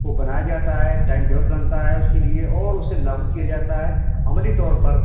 کو بنایا جاتا ہے ٹائم ٹیبل بنتا ہے اس کے لیے اور اسے لاگو کیا جاتا ہے عملی طور پر